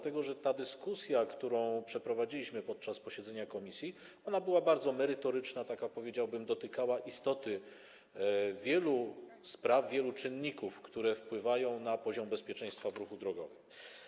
Ta dyskusja, którą przeprowadziliśmy podczas posiedzenia komisji, była bardzo merytoryczna, powiedziałbym, że dotykała istoty wielu spraw, wielu czynników, które wpływają na poziom bezpieczeństwa w ruchu drogowym.